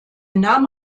nahm